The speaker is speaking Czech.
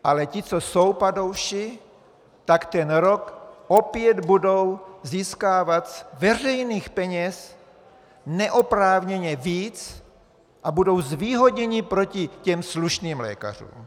Ale ti, co jsou padouši, tak ten rok opět budou získávat z veřejných peněz neoprávněně víc a budou zvýhodněni proti těm slušným lékařům.